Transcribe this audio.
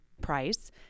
price